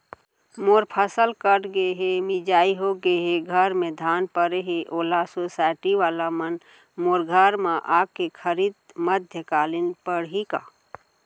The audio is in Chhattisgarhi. मोर फसल कट गे हे, मिंजाई हो गे हे, घर में धान परे हे, ओला सुसायटी वाला मन मोर घर म आके खरीद मध्यकालीन पड़ही का?